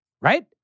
right